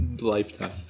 lifetime